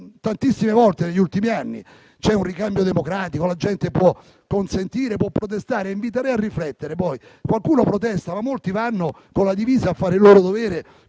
tantissime volte negli ultimi anni, c'è un ricambio democratico, la gente può protestare e inviterei a riflettere che qualcuno protesta, ma molti vanno con la divisa a fare il loro dovere